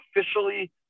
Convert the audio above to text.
officially